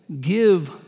give